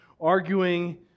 arguing